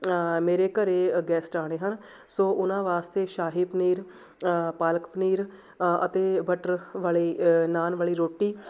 ਮੇਰੇ ਘਰ ਗੈਸਟ ਆਉਣੇ ਹਨ ਸੋ ਉਹਨਾਂ ਵਾਸਤੇ ਸ਼ਾਹੀ ਪਨੀਰ ਪਾਲਕ ਪਨੀਰ ਅਤੇ ਬਟਰ ਵਾਲੇ ਨਾਨ ਵਾਲੀ ਰੋਟੀ